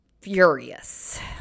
furious